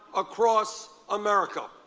across america.